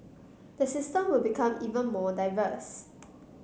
the system will become even more diverse